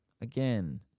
again